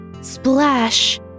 Splash